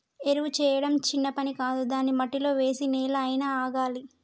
ఎరువు చేయడం చిన్న పని కాదు దాన్ని మట్టిలో వేసి నెల అయినా ఆగాలి